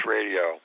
Radio